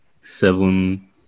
seven